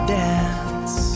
dance